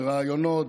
בראיונות,